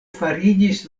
fariĝis